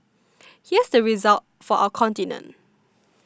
here's the result for our continent